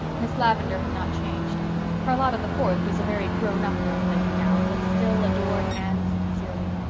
miss lavendar had not changed charlotta the fourth was a very grown-up young lady now, but still adored anne sincerely.